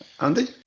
Andy